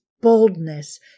boldness